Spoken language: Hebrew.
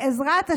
ובעזרת השם,